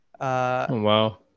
wow